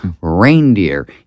Reindeer